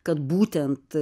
kad būtent